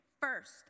first